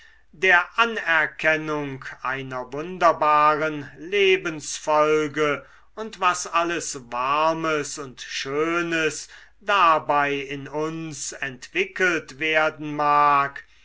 der anerkennung einer wunderbaren lebensfolge und was alles warmes und schönes dabei in uns entwickelt werden mag